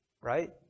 right